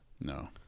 No